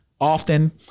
often